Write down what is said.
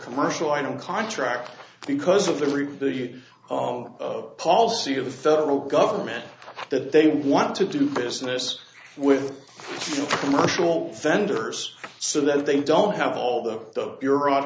commercial item contract because of the group own policy of the federal government that they want to do business with commercial vendors so that they don't have all the ira